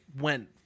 went